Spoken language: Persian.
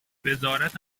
وزارت